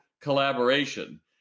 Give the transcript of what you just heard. collaboration